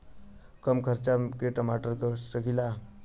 कम खर्च में टमाटर लगा सकीला?